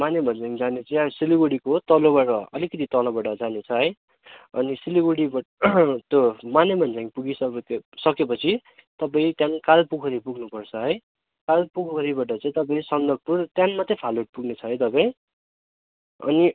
मानेभन्ज्याङ जाने चाहिँ सिलगढीको तल्लोबाट अलिकति तलबाट जाने छ है अनि सिलगढीबाट त्यो मानेभन्ज्याङ पुगिसकेपछि तपाईँ त्यहाँदेखि कालपोखरी पुग्नुपर्छ है कालपोखरीबाट चाहिँ तपाईँ सन्दकपुर त्यहाँदेखि मात्रै फालुट पुग्ने छ है तपाईँ अनि